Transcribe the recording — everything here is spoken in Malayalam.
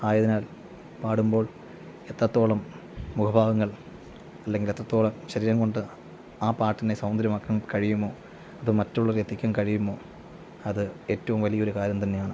ആയതിനാൽ പാടുമ്പോൾ എത്രത്തോളം മുഖഭാവങ്ങൾ അല്ലെങ്കിൽ എത്രത്തോളം ശരീരം കൊണ്ട് ആ പാട്ടിനെ സൗന്ദര്യമാക്കാൻ കഴിയുമോ അത് മറ്റുള്ളവരില് എത്തിക്കാന് കഴിയുമോ അത് ഏറ്റവും വലിയൊരു കാര്യം തന്നെയാണ്